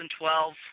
2012